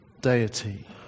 deity